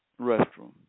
restroom